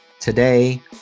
Today